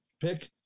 pick